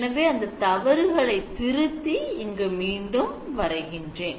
எனவே அந்தத் தவறுகளைத் திருத்தி இங்கு மீண்டும் வரைகின்றேன்